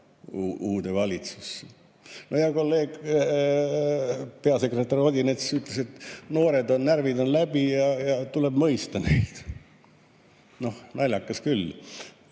uude valitsusse. No hea kolleeg, peasekretär Odinets ütles, et noortel on närvid läbi ja tuleb mõista neid. Naljakas küll.